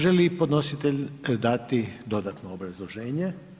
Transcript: Želi li podnositelj dati dodatno obrazloženje?